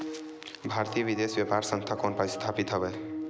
भारतीय विदेश व्यापार संस्था कोन पास स्थापित हवएं?